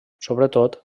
sobretot